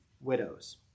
widows